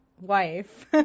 wife